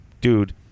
dude